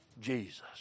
Jesus